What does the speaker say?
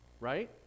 right